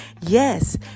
yes